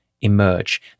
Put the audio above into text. emerge